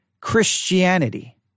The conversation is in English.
Christianity